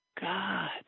God